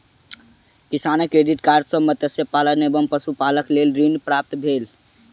किसान credit card सॅ मत्स्य पालन एवं पशुपालनक लेल ऋण प्राप्त भेल